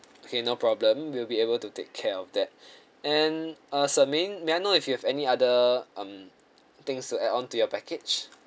okay no problem we will able to take care of that and uh sir may may I know if you have any other um things to add on to your package